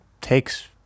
takes